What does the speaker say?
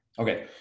Okay